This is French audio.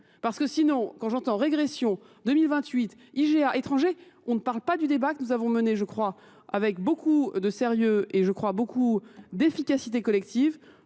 Parce que sinon, quand j'entends régression, 2028, IGA étranger, on ne parle pas du débat que nous avons mené, je crois, avec beaucoup de sérieux et je crois beaucoup d'efficacité collective.